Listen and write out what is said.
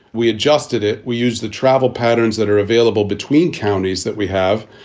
we adjusted it. we use the travel patterns that are available between counties that we have,